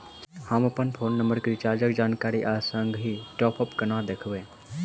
हम अप्पन phone number केँ रिचार्जक जानकारी आ संगहि टॉप अप कोना देखबै?